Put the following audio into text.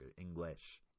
English